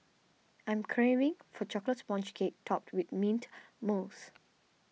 I am craving for a Chocolate Sponge Cake Topped with Mint Mousse